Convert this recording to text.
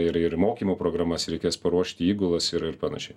ir ir mokymų programas reikės paruošti įgulas ir ir panašiai